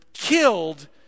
killed